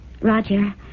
Roger